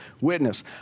witness